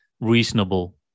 reasonable